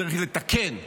צריך לתקן.